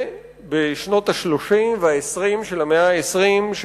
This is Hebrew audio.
בשנות ה-30 וה-20 של המאה ה-20 היהודים היו